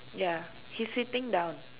ya he's sitting down